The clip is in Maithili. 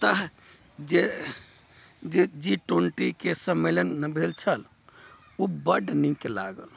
ओतऽ जे जे जी ट्वेन्टी के सम्मेलन भेल छलै ओ बड नीक लागल